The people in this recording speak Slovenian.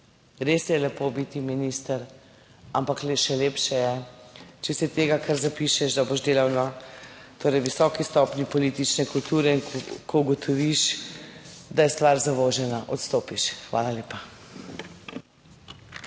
res je lepo biti minister, ampak še lepše je, če si tega kar zapišeš, da boš delal na torej visoki stopnji politične kulture in ko ugotoviš, da je stvar zavožena, odstopiš. Hvala lepa.